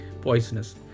poisonous